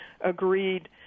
agreed